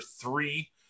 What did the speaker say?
three